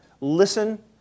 listen